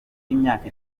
y’imyaka